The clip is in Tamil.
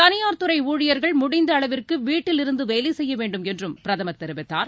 தனியார்துறை ஊழியர்கள் முடிந்த அளவுக்கு வீட்டில் இருந்து வேலைசெய்ய வேண்டும் என்றும் பிரதமர் தெரிவித்தார்